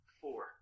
Four